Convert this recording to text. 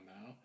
now